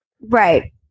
Right